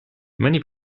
many